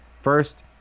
First